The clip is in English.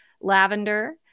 lavender